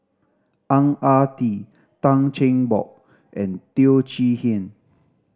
Ang Ah Tee Tan Cheng Bock and Teo Chee Hean